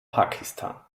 pakistan